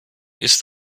ist